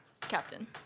Captain